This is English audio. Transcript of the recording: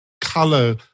color